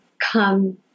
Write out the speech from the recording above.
come